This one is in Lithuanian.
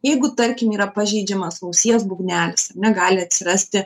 jeigu tarkim yra pažeidžiamas ausies būgnelis ar ne gali atsirasti